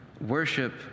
worship